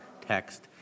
text